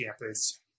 campus